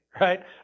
right